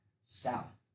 south